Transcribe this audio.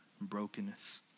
brokenness